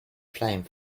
flame